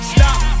Stop